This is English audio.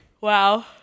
Wow